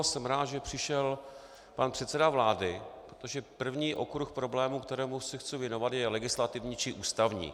Jsem rád, že přišel pan předseda vlády, protože první okruh problémů, kterému se chci věnovat, je legislativní či ústavní.